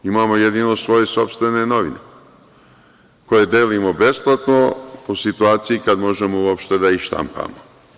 Imamo jedino svoje sopstvene novine, koje delimo besplatno u situaciji kada možemo uopšte da ih štampamo.